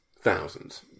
Thousands